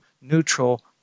neutral